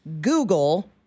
Google